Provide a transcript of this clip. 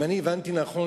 אם הבנתי נכון,